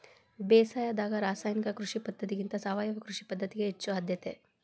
ಬೇಸಾಯದಾಗ ರಾಸಾಯನಿಕ ಕೃಷಿ ಪದ್ಧತಿಗಿಂತ ಸಾವಯವ ಕೃಷಿ ಪದ್ಧತಿಗೆ ಹೆಚ್ಚು ಆದ್ಯತೆ